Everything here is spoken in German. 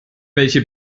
welche